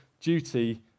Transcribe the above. duty